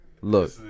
Look